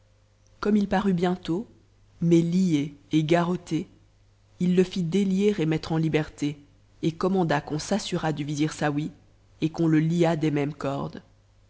comm il parut bientôt mais lié et garotté il le fit délier et mettre en liberté et commanda qu'on s'assurât du vizir saouy et qu'on le liât des ju ncs cordes